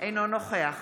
אינו נוכח